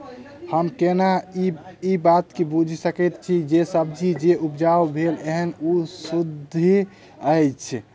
हम केना ए बात बुझी सकैत छी जे सब्जी जे उपजाउ भेल एहन ओ सुद्ध अछि?